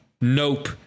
Nope